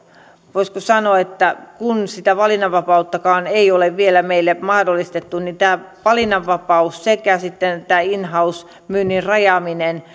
voisiko sanoa sitä valinnanvapauttakaan ei ole vielä meillä mahdollistettu niin tämä valinnanvapaus sekä sitten tämä in house myynnin rajaaminen